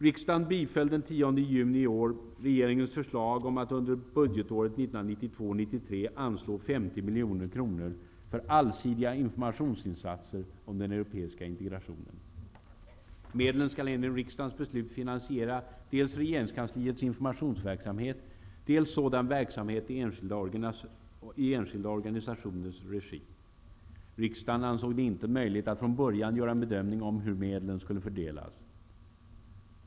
Riksdagen biföll den 10 juni i år regeringens förslag om att under budgetåret 1992/93 anslå 50 miljoner kronor för allsidiga informationsinsatser i fråga om den europeiska integrationen. Medlen skall enligt riksdagens beslut finansiera dels regeringskansliets informationsverksamhet, dels sådan verksamhet i enskilda organisationers regi. Riksdagen ansåg det inte möjligt att från början göra en bedömning av hur medlem skulle fördelas.